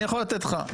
אני יכול לתת לך.